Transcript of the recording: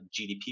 GDP